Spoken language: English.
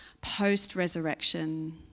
post-resurrection